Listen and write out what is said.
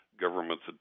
government's